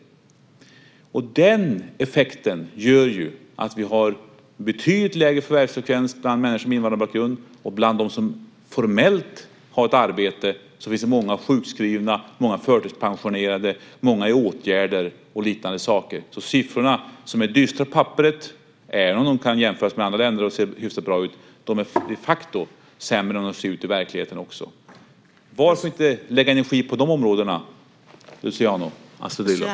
Den effekten gör ju att vi har betydligt lägre förvärvsfrekvens bland människor med invandrarbakgrund. Och bland dem som formellt har ett arbete finns det många sjukskrivna, många förtidspensionerade, många i åtgärder och liknande saker. Siffrorna, som är dystra på papperet, även om de kan jämföras med andra länder och se hyfsat bra ut, är de facto sämre i verkligheten. Varför inte lägga energi på de områdena, Luciano Astudillo?